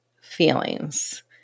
feelings